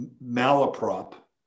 malaprop